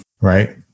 right